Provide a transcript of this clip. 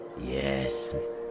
Yes